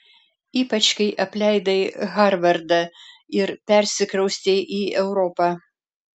ypač kai apleidai harvardą ir persikraustei į europą